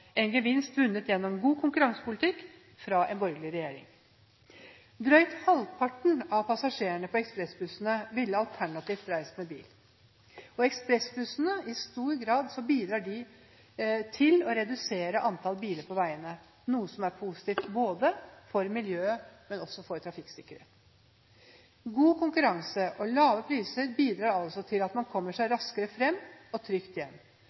vunnet gjennom god konkurransepolitikk fra en borgerlig regjering. Drøyt halvparten av passasjerene på ekspressbussene ville alternativt reist med bil, og ekspressbussene bidrar i stor grad til å redusere antall biler på veiene, noe som er positivt for både miljøet og trafikksikkerheten. God konkurranse og lave priser bidrar altså til at man kommer seg raskere fram – og trygt